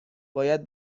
باید